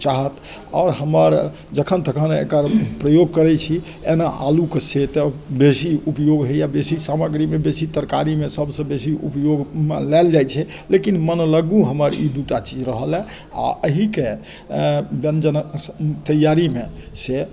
आओर हमर जखन तखन एकर प्रयोग करै छी एना आलुके से तऽ बेसी उपयोग होइया बेसी सामग्रीमे बेसी तरकारीमे सभसँ बेसी उपयोग लाएल जाइ छै लेकिन मनलगु हमर ई दूटा चीज रहल हँ आ एहिकेँ व्यञ्जनक तैयारीमे से